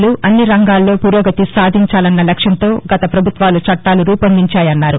లు అన్ని రంగాల్లో పురోగతి సాధించాలన్న లక్ష్యంతో గత పభుత్వాలు చట్టాలు రూపొందించాయని అన్నారు